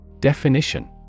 Definition